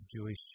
Jewish